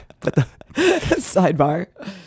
Sidebar